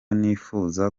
nifuza